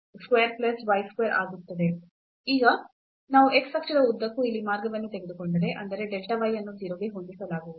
ಮತ್ತು ಈಗ ನಾವು x ಅಕ್ಷದ ಉದ್ದಕ್ಕೂ ಇಲ್ಲಿ ಮಾರ್ಗವನ್ನು ತೆಗೆದುಕೊಂಡರೆ ಅಂದರೆ delta y ಅನ್ನು 0 ಗೆ ಹೊಂದಿಸಲಾಗುವುದು